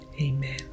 amen